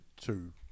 two